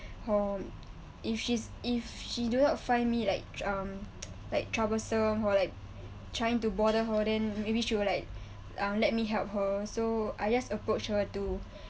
or if she's if she do not find me like um like troublesome or like trying to bother her then maybe she will like um let me help her so I just approach her to